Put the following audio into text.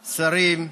שרים,